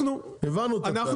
הבנו את הקו,